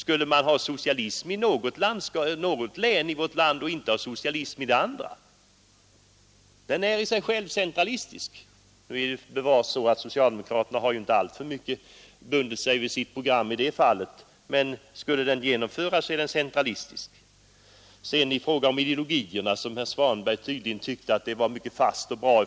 Skall man ha socialism i något län i vårt land och inte i de andra länen? Nu är det ju bevars så att socialdemokraterna inte alltför mycket har bundit sig vid sitt program i det fallet, men skulle det genomföras fick vi en centralistisk politik. Herr Svanberg tycker tydligen att socialdemokraternas ideologi är mycket fast och bra.